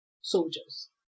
soldiers